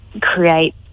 create